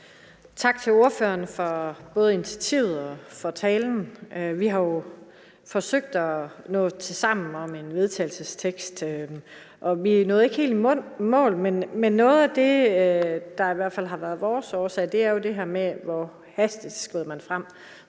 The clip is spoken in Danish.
Tak til ordføreren både for initiativet og for talen. Vi har jo forsøgte at nå sammen om en vedtagelsestekst, og vi nåede ikke helt i mål, men noget af det, der er i hvert fald har været vores årsag til det, er jo det her med, hvor hastigt man skrider frem,